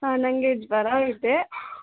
ಹಾಂ ನನಗೆ ಜ್ವರ ಇದೆ